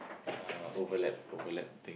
uh overlap overlap thing